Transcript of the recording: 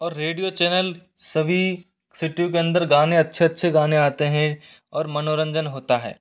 और radio channel सभी सीटियो के अंदर गाने अच्छे अच्छे गाने आते हैं और मनोरंजन होता है